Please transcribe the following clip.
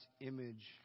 image